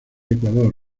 ecuador